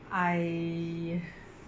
I